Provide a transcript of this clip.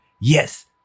Yes